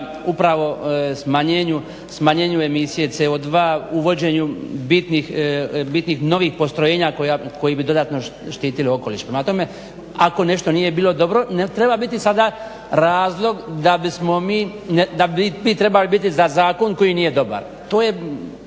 upravo smanjenju emisije CO2, uvođenju bitnih novih postrojenja koji bi dodatno štitili okoliš. Prema tome ako nešto nije bilo dobro ne treba biti sada razlog da bismo mi, da bi …/Ne razumije